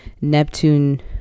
Neptune